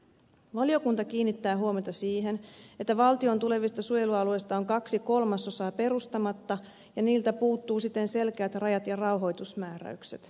valiokunta kiinnittää huomiota siihen että valtion tulevista suojelualueista on kaksi kolmasosaa perustamatta ja niiltä puuttuvat siten selkeät rajat ja rauhoitusmääräykset